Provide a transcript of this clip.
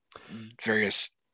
various